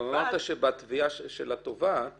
אמרת שבתביעה של התובעת